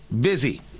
busy